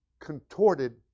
contorted